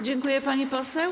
Dziękuję, pani poseł.